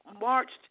marched